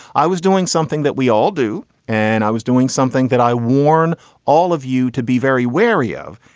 i was doing something that we all do and i was doing something that i warn all of you to be very wary of.